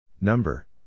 Number